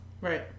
Right